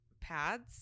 pads